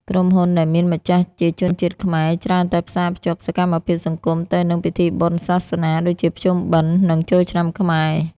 ក្រុមហ៊ុនដែលមានម្ចាស់ជាជនជាតិខ្មែរ ច្រើនតែផ្សារភ្ជាប់សកម្មភាពសង្គមទៅនឹង ពិធីបុណ្យសាសនា ដូចជាភ្ជុំបិណ្ឌ និងចូលឆ្នាំខ្មែរ។